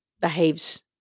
behaves